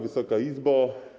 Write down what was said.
Wysoka Izbo!